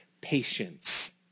patience